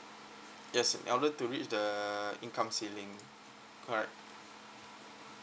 yes in order to reach the income ceiling correct